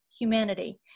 humanity